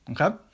okay